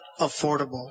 affordable